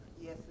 Yes